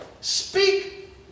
speak